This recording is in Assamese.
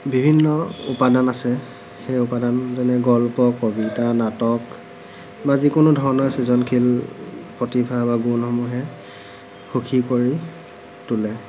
বিভিন্ন উপাদান আছে সেই উপাদান যেনে গল্প কবিতা নাটক বা যিকোনো ধৰণৰ সৃজনশীল প্ৰতিভা বা গুণসমূহে সুখী কৰি তোলে